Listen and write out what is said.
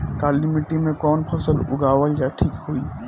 काली मिट्टी में कवन फसल उगावल ठीक होई?